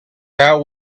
that